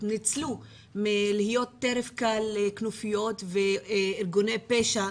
ניצלו מלהיות טרף קל לכנופיות וארגוני פשע,